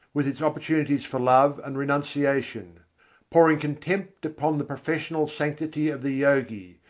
with its opportunities for love and renunciation pouring contempt upon the professional sanctity of the yogi,